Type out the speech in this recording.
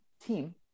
team